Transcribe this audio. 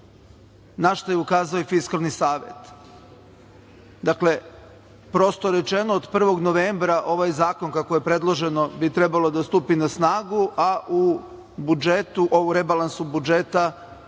na šta je ukazao i Fiskalni savet. Dakle, prosto rečeno, od 1. novembra, kako je predloženo, bi trebao da stupi na snagu, a u rebalansu budžeta